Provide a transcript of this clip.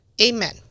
Amen